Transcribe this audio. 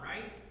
right